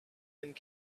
and